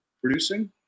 producing